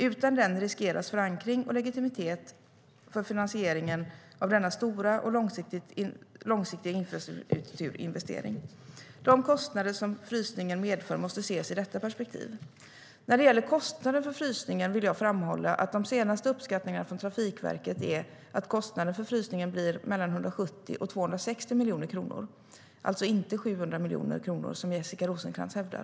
Utan den riskeras förankring och legitimitet för finansieringen av denna stora och långsiktiga infrastrukturinvestering. De kostnader som frysningen medför måste ses i detta perspektiv. När det gäller kostnaden för frysningen vill jag framhålla att de senaste uppskattningarna från Trafikverket är att kostnaden för frysningen blir 170-260 miljoner kronor. Alltså inte 700 miljoner kronor, som Jessica Rosencrantz hävdar.